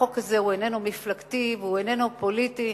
החוק הזה איננו מפלגתי ואיננו פוליטי.